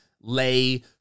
lay